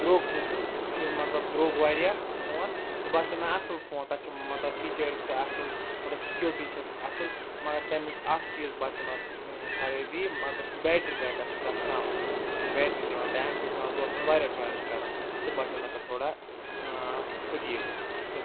درٛوگ سُہ چھُ مطلب درٛوگ واریاہ سُہ فوٗن سُہ باسیٚو مےٚ اصٕل فوٗن تَتھ چھِ مطلب فیٖچٲرٕس تہِ اصٕل مطلب سِکیٚورٹی چھَس اصٕل مَگَر تَمِچ اَکھ چیٖز باسیو مےٚ اۭں خرٲبی مطلب بیٹری بیک اَپ چھُ تَتھ کَم سُہ چھُنہٕ بیٹری دِوان ٹایم سُہ چھُ پیٚوان دوہَس منٛز واریاہ چارٕج کَرُن سُہ باسیو مےٚ تَتھ تھوڑا ٲں عجیٖب سُہ